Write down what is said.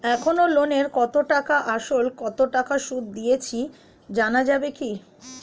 এখনো লোনের কত টাকা আসল ও কত টাকা সুদ দিয়েছি জানা যাবে কি?